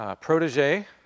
Protege